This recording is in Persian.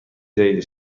جدید